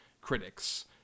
critics